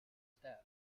staff